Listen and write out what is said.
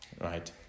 right